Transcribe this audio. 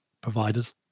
providers